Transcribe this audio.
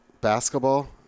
basketball